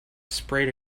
sprayed